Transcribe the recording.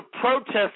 protest